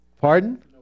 Pardon